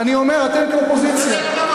אני אומר, אתם, כאופוזיציה, אתה יודע כמה